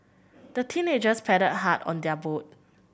the teenagers paddled hard on their boat